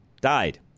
died